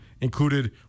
included